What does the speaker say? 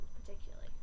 particularly